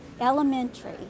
elementary